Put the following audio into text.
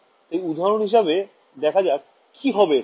তাই উদাহরণ হিসেবে দেখা যাক কি হবে এখানে